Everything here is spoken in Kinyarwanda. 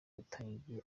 yatangiye